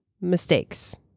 mistakes